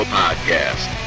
podcast